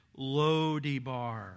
Lodibar